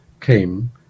came